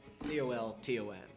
C-O-L-T-O-N